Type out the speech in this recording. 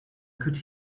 could